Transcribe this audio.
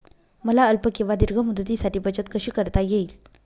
मला अल्प किंवा दीर्घ मुदतीसाठी बचत कशी करता येईल?